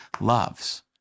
loves